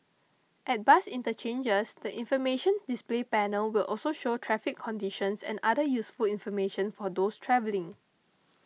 at bus interchanges the information display panel will also show traffic conditions and other useful information for those travelling